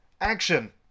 action